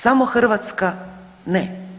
Samo Hrvatska ne.